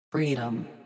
FREEDOM